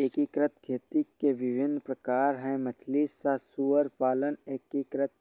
एकीकृत खेती के विभिन्न प्रकार हैं मछली सह सुअर पालन, एकीकृत